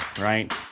right